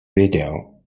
věděl